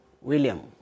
William